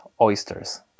oysters